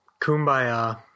Kumbaya